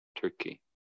Turkey